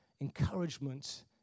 encouragement